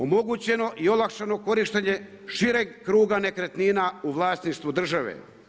Omogućeno i olakšano korištenje šireg kruga nekretnina u vlasništvu države.